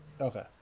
Okay